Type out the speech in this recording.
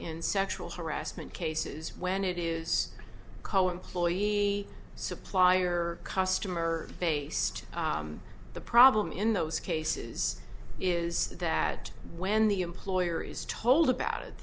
in sexual harassment cases when it is call employee supplier customer base the problem in those cases is that when the employer is told about it